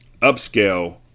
upscale